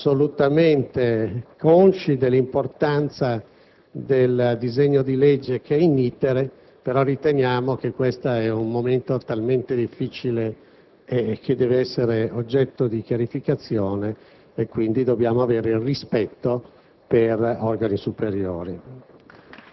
assolutamente consci dell'importanza del disegno di legge *in* *itinere*, riteniamo che questo sia un momento talmente difficile da dover essere oggetto di chiarificazione e pertanto dobbiamo avere rispetto per gli organi superiori.